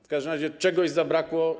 W każdym razie czegoś zabrakło.